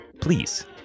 please